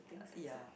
uh ya